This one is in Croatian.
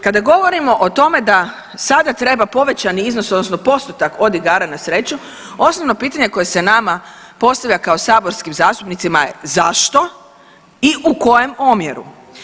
Kada govorimo o tome da sada treba povećani iznos odnosno postotak od igara na sreću osnovno pitanje koje se nama postavlja kao saborskim zastupnicima je zašto i u kojem omjeru?